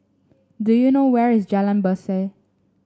do you know where is Jalan Berseh